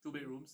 two bedrooms